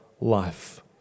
life